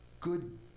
Good